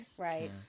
Right